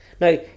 now